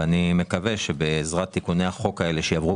ואני מקווה שבעזרת תיקוני החוק הזאת שיעברו